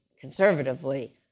conservatively